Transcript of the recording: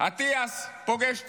אטיאס פוגש אותי,